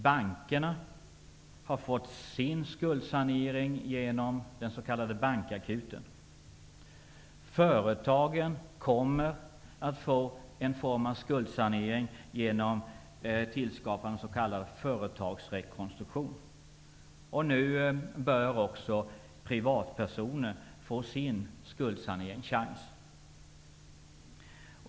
Bankerna har fått sin skuldsanering genom den s.k. bankakuten. Företagen kommer att få en form av skuldsanering genom tillskapandet av s.k. företagsrekonstruktion. Och nu bör också privatpersoner få sin skuldsaneringschans.